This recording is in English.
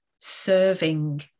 serving